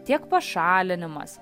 tiek pašalinimas